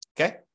Okay